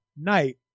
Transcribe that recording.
night